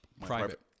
private